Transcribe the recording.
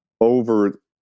over